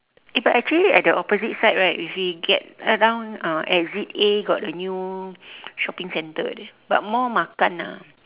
eh but actually at the opposite side right if we get around uh exit A got a new shopping center like that but more makan ah